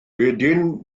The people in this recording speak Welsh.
wedyn